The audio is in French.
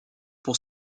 pour